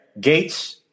Gates